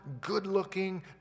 good-looking